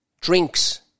drinks